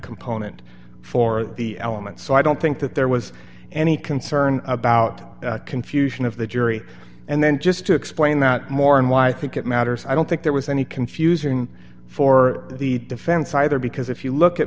component for the elements so i don't think that there was any concern about confusion of the jury and then just to explain that more and why i think it matters i don't think there was any confusing for the defense either because if you look at